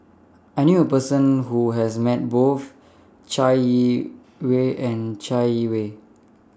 I knew A Person Who has Met Both Chai Yee Wei and Chai Yee Wei